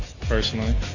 personally